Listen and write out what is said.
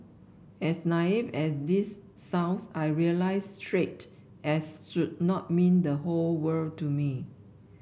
as naive as this sounds I realised straight as should not mean the whole world to me